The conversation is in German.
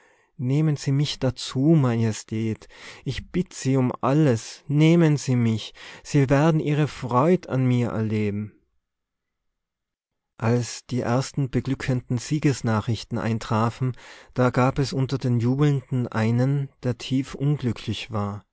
nehmen se mich dazu majestät ich bitt se um alles nehmen se mich sie werden ihre freud an mir erleben als die ersten beglückenden siegesnachrichten eintrafen da gab es unter den jubelnden einen der tiefunglücklich war